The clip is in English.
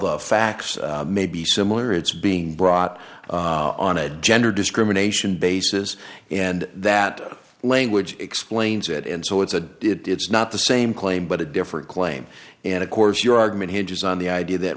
the facts may be similar it's being brought on a gender discrimination basis and that language explains it and so it's a it's not the same claim but a different claim and of course your argument hinges on the idea that